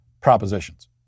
propositions